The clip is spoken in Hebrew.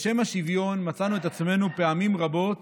בשם השוויון מצאנו את עצמנו פעמים רבות